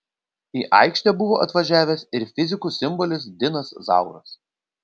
į aikštę buvo atvažiavęs ir fizikų simbolis dinas zauras